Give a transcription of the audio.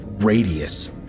Radius